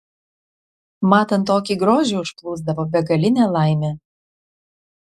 matant tokį grožį užplūsdavo begalinė laimė